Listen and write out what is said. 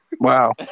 Wow